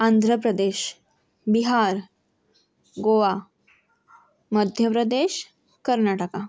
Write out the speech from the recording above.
Andhra Pradesh Bihar Goa Madhya Pradesh Karnataka